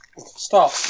stop